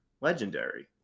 legendary